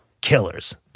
killers